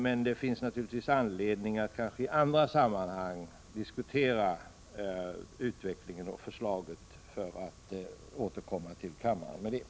Däremot finns det kanske anledning att i andra sammanhang diskutera förslaget och utvecklingen, för att sedan återkomma till kammaren.